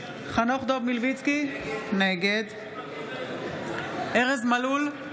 חנוך דב מלביצקי, נגד ארז מלול,